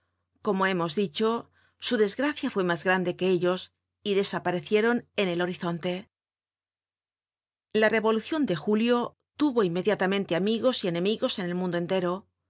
como hemos dicho su desgracia fue mas grande que ellos y desaparecieron en el horizonte la revolucion de julio tuvo inmediatamente amigos y enemigos en el mundo entero